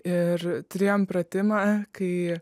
ir turėjom pratimą kai